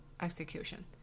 execution